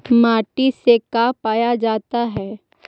माटी से का पाया जाता है?